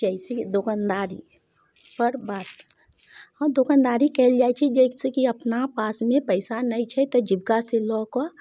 जइसे दोकानदारीपर बात हँ दोकानदारी कएल जाइ छै जइसे कि अपना पासमे पइसा नहि छै तऽ जीविकासँ लऽ कऽ